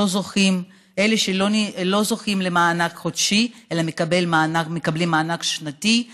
לא זוכים למענק חודשי אלא מקבלים מענק שנתי,